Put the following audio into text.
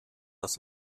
das